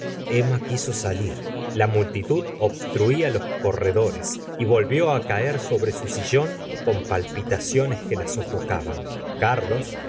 emma quiso salir la multitud obstruía los corredores y volvió á caer sobre su sillón con palpitaciones que la sofocaban carlos